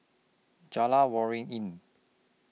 Jalan Waringin